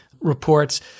reports